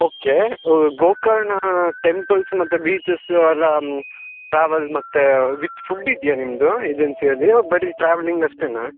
okay Gokarna temples ಮತ್ತು beaches ಅಲ್ಲಾ travel ಮತ್ತೆ ವಿತ್ ಫುಡ್ ಇದೆಯಾ ನಿಮ್ಮದು ಏಜೆನ್ಸಿ ಅಲ್ಲಿ ಬರೀ ಟ್ರಾವೆಲಿಂಗ್ ಅಷ್ಟೇಯಾ